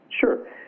Sure